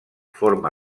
forma